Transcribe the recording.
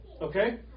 Okay